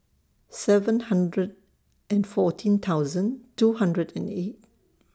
seven hundred and fourteen thousand two hundred and eight